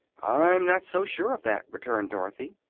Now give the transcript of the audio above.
i'm not so sure of that, returned dorothy.